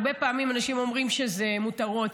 הרבה פעמים אנשים אומרים שזה מותרות.